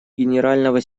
генерального